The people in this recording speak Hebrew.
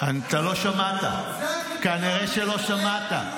אתה לא שמעת, כנראה שלא שמעת.